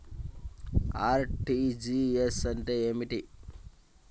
RTGS అంటే ఏమిటి?